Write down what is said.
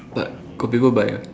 but got people buy ah